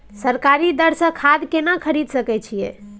सरकारी दर से खाद केना खरीद सकै छिये?